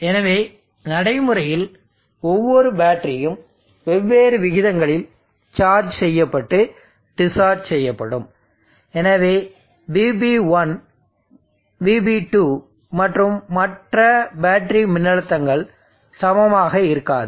எனவே நடைமுறையில் ஒவ்வொரு பேட்டரியும் வெவ்வேறு விகிதங்களில் சார்ஜ் செய்யப்பட்டு டிஸ்சார்ஜ் செய்யப்படும் எனவே VB1 VB2 மற்றும் மற்ற பேட்டரி மின்னழுத்தங்கள் சமமாக இருக்காது